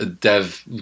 dev